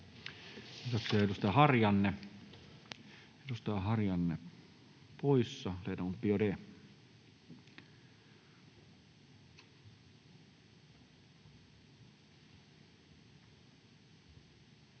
Edustaja Harjanne poissa.